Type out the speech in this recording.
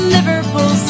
Liverpool